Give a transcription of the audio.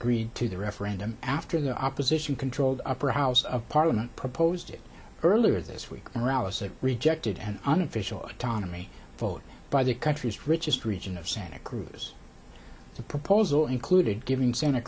greed to the referendum after the opposition controlled upper house of parliament proposed earlier this week morales that rejected an unofficial autonomy vote by the country's richest region of santa cruz the proposal included giving santa